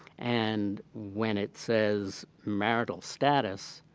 and when it says marital status,